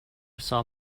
saw